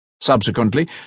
Subsequently